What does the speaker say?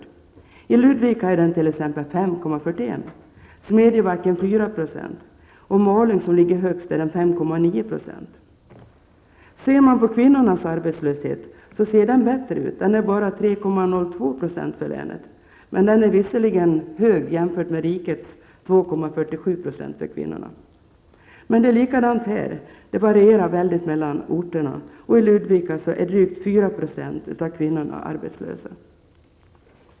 I t.ex. Ludvika är arbetslösheten 5,41 % och i Smedjebacken 4 %. I Ser man till kvinnornas arbetslöshet ser talen bättre ut. Arbetslösheten för kvinnor är bara 3,02 % för länet, men är hög jämfört med en arbetslöshet för kvinnor på 2,47 % i riket som helhet. Men det är likadant här. Det varierar mycket mellan orterna. I Ludvika är drygt 4 % av kvinnorna arbetslösa.